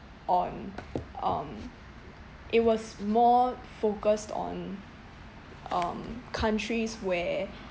on um it was more focused on um countries where